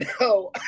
No